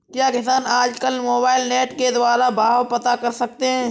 क्या किसान आज कल मोबाइल नेट के द्वारा भाव पता कर सकते हैं?